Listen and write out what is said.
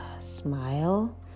Smile